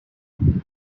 now